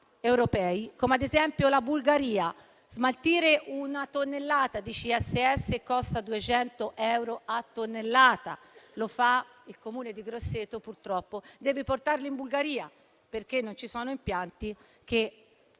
europei, come la Bulgaria. Smaltire una tonnellata di CSS costa 200 euro. Lo fa il Comune di Grosseto, che, purtroppo, deve portarlo in Bulgaria perché non ci sono impianti che